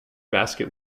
basket